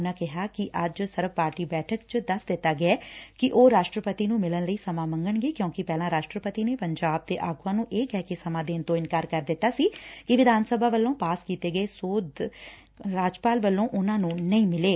ਉਨਾਂ ਕਿਹਾ ਕਿ ਅੱਜ ਸਰਬ ਪਾਰਟੀ ਬੈਠਕ ਚ ਦੱਸ ਦਿੱਤਾ ਗਿਐ ਕਿ ਉਹ ਰਾਸ਼ਟਰਪਤੀ ਨੰ ਮਿਲਣ ਲਈ ਸਮਾ ਮੰਗਣਗੇ ਕਿਉਂਕਿ ਪਹਿਲਾਂ ਰਾਸਟਰਪਤੀ ਨੇ ਪੰਜਾਬ ਦੇ ਆਗੁਆਂ ਨੂੰ ਇਹ ਕਹਿ ਕੇ ਸਮਾ ਦੇਣ ਤੋਂ ਇਨਕਾਰ ਕਰ ਦਿੱਤਾ ਸੀ ਕਿ ਵਿਧਾਨ ਸਭਾ ਵੱਲੋਂ ਪਾਸ ਕੀਤੇ ਗਏ ਸੋਧ ਬਿੱਲ ਰਾਜਪਾਲ ਵੱਲੋਂ ਉਂਨੂਾਂ ਨੂੰ ਨਹੀਂ ਮਿਲੇ